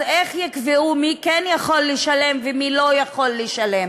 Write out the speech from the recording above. אז איך יקבעו מי כן יכול לשלם ומי לא יכול לשלם?